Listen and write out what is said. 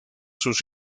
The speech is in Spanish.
sus